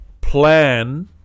plan